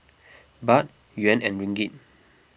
Baht Yuan and Ringgit